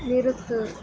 நிறுத்து